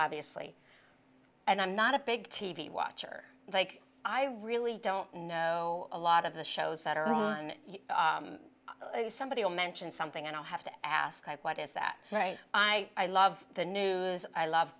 obviously and i'm not a big t v watcher like i really don't know a lot of the shows that are on somebody or mention something and i have to ask like what is that right i love the news i love